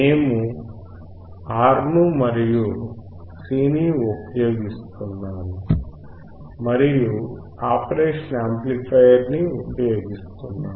మేము R ను మరియు C ని ఉపయోగిస్తున్నాము మరియు ఆపరేషన్ యాంప్లిఫయర్ ని ఉపయోగిస్తున్నాము